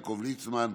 יעקב ליצמן,